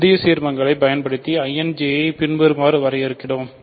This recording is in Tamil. புதிய சீர்மங்களை பயன்படுத்தி I J ஐ பின்வருமாறு வரையறுக்கிறோம்